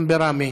גם בראמה,